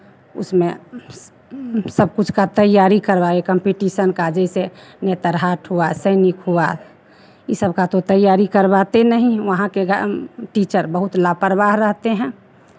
उसमें सब कुछ का तैयारी करवाइए कंपिटीशन का जैसे नेतरहाट हुआ सैनिक हुआ इन सबका तो तैयारी करवाते नहीं वहाँ के टीचर बहुत लापरवाह रहते हैं